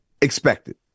expected